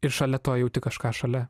ir šalia to jauti kažką šalia